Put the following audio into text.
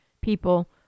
people